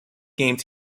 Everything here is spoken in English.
games